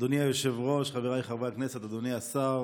אדוני היושב-ראש, חבריי חברי הכנסת, אדוני השר,